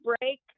break